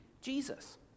Jesus